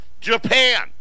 Japan